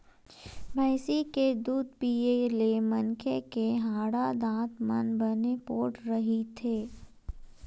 भइसी के दूद पीए ले मनखे के हाड़ा, दांत मन बने पोठ रहिथे